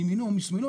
מימינו ומשמאלו,